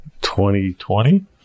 2020